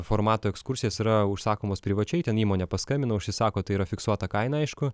formatų ekskursijos yra užsakomos privačiai ten įmonė paskambina užsisako tai yra fiksuota kaina aišku